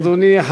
אדוני,